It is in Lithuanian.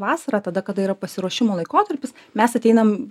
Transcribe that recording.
vasarą tada kada yra pasiruošimo laikotarpis mes ateinam